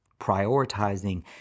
prioritizing